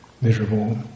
miserable